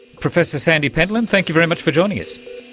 professor sandy pentland, thank you very much for joining